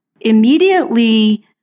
immediately